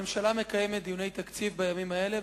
הממשלה מקיימת דיוני תקציב בימים האלה,